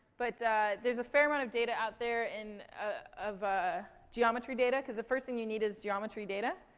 but there's a fair amount of data out there and, of, ah geometry data, cause the first thing you need is geometry data.